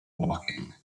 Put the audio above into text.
woking